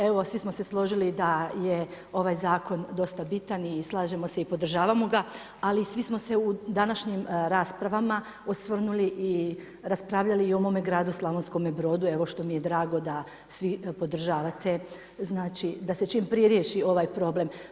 Evo svi smo se složili da je ovaj zakon dosta bitan i slažemo se i podržavamo ga, ali svi smo se u današnjim raspravama i osvrnuli i raspravljali o mome gradu Slavonskome Brodu, evo što mi je drago da svi podržavate da se čim prije riješi ovaj problem.